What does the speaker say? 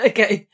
Okay